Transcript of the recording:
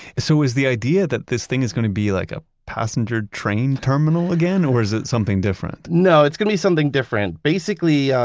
so is the idea that this thing is gonna be like a passenger train terminal again or is it something different no, it's gonna be something different. basically, yeah